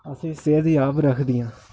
सेह्त दी सांभ रखदियां